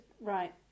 Right